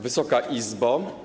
Wysoka Izbo!